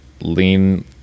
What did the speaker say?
lean